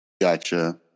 Gotcha